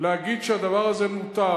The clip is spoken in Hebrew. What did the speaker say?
להגיד שהדבר הזה מותר.